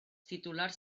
titulars